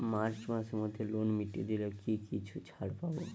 March মাসের মধ্যে loan মিটিয়ে দিলে কি কিছু ছাড় পাব?